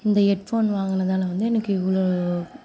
இந்த headphone வாங்கினதால வந்து எனக்கு இவ்வளோ